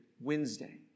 Wednesday